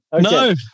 No